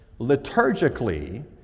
liturgically